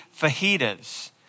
fajitas